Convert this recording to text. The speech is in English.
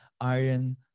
iron